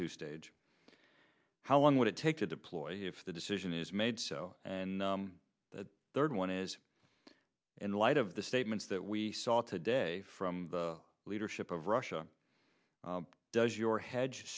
to stage how long would it take to deploy if the decision is made so and the third one is in light of the statements that we saw today from the leadership of russia does your hedge